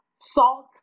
salt